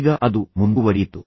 ಈಗ ಅದು ಮುಂದುವರಿಯಿತು